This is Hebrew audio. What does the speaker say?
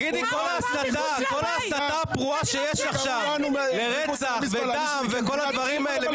כך ההסתה הפרועה שיש עכשיו לרצח ודם וכל הדברים האלה,